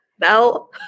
No